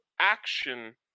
action